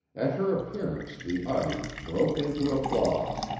at her appearance the audience broke into applause.